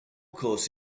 course